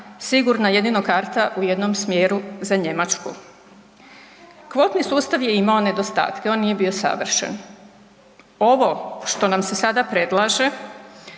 sigurno jedino karta u jednom smjeru za Njemačku? Kvotni sustav je imao nedostatke, on nije bio savršen, ovo što nam se sada predlaže